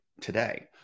today